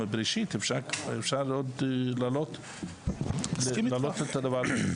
מבראשית, אפשר עוד לעלות את הדבר הזה.